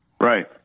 Right